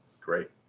Great